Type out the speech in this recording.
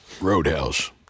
roadhouse